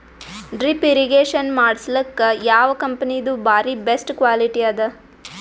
Drip irrigation ಮಾಡಸಲಕ್ಕ ಯಾವ ಕಂಪನಿದು ಬಾರಿ ಬೆಸ್ಟ್ ಕ್ವಾಲಿಟಿ ಅದ?